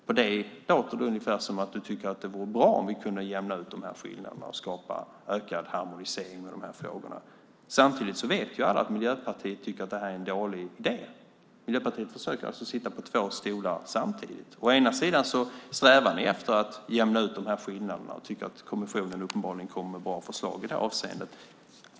På dig låter det som om du tycker att det vore bra om vi kunde jämna ut de här skillnaderna och skapa ökad harmonisering i de här frågorna. Samtidigt vet ju alla att Miljöpartiet tycker att det här är en dålig väg. Miljöpartiet försöker alltså sitta på två stolar samtidigt. Å ena sidan strävar ni efter att jämna ut de här skillnaderna och tycker uppenbarligen att kommissionen kommer med bra förslag i det här avseendet.